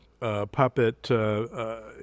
puppet